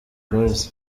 boyz